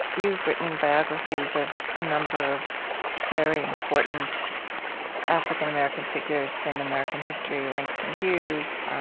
you've written biographies of a number of very important african-american figures in american history langston hughes,